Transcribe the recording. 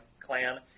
clan